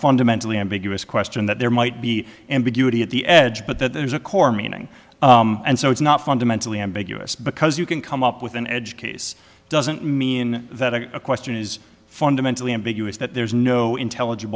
fundamentally ambiguous question that there might be ambiguity at the edge but that there's a core meaning and so it's not fundamentally ambiguous because you can come up with an edge case doesn't mean that a question is fundamentally ambiguous that there's no intellig